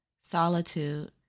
Solitude